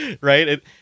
right